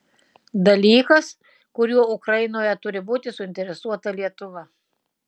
dalykas kuriuo ukrainoje turi būti suinteresuota lietuva